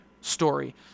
story